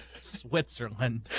Switzerland